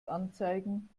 anzeigen